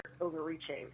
overreaching